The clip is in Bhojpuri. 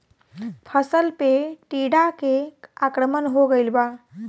फसल पे टीडा के आक्रमण हो गइल बा?